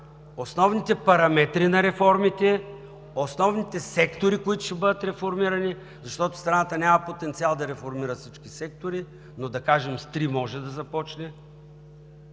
основните параметри на реформите и основните сектори, които ще бъдат реформирани, защото страната няма потенциал да реформира всички сектори, но, да кажем, с три може да започне.